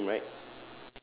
ya it's the same right